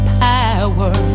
power